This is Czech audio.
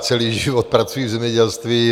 Celý život pracuji v zemědělství.